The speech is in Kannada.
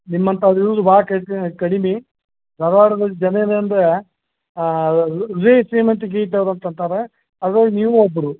ನಿಮ್ಮಂಥವ್ರು ಇರೋದು ಭಾಳ ಕಡಿಮೆ ಧಾರವಾಡದ ಜನ ಏನಂದರೆ ಹೃದಯ ಶ್ರೀಮಂತಿಕೆ ಇದ್ದವ್ರು ಅಂತ ಅಂತಾರೆ ಅದ್ರಾಗೆ ನೀವೂ ಒಬ್ಬರು